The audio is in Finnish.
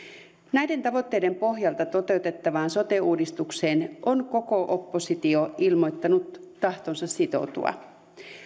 näiden tavoitteiden pohjalta toteutettavaan sote uudistukseen on koko oppositio ilmoittanut tahtonsa sitoutua